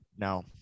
No